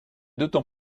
d’autant